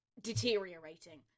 deteriorating